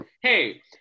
hey